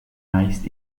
meist